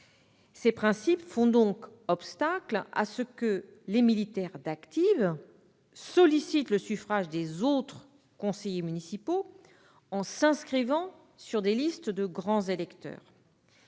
Ces principes font effectivement obstacle à ce que les militaires en activité sollicitent le suffrage des autres conseillers municipaux, en s'inscrivant sur des listes de grands électeurs.